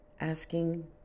asking